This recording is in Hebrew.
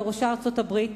ובראשה ארצות-הברית,